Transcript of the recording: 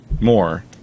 more